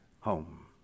home